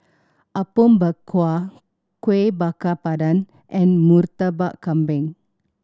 Apom Berkuah Kueh Bakar Pandan and Murtabak Kambing